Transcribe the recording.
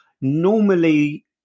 normally